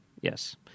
Yes